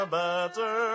better